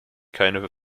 keine